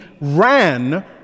ran